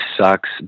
sucks